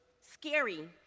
scary